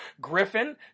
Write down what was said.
Griffin